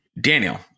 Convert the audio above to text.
Daniel